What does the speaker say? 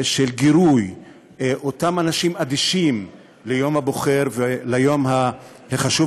גירוי אותם אנשים אדישים ליום הבוחר וליום החשוב